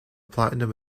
platinum